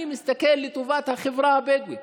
אני מסתכל לטובת החברה הבדואית,